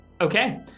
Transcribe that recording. Okay